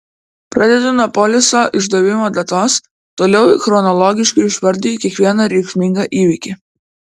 pradedu nuo poliso išdavimo datos toliau chronologiškai išvardiju kiekvieną reikšmingą įvykį